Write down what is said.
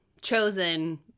Chosen